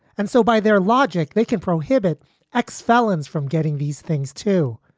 and so by their logic, they can prohibit ex felons from getting these things, too.